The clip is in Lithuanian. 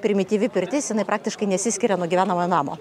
primityvi pirtis jinai praktiškai nesiskiria nuo gyvenamojo namo